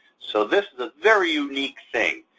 so this is a very unique thing,